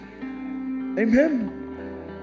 Amen